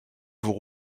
vous